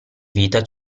vita